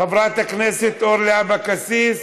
חברת הכנסת אורלי אבקסיס,